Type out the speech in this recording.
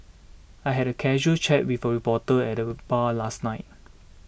I had a casual chat with a reporter at the bar last night